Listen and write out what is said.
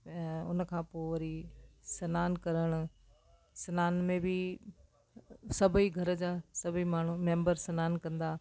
उनखां पोइ वरी सनानु करणु सनान में बि सभई घर जा सभई माण्हू मैंबर सनानु कंदा